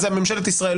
זה ממשלת ישראל,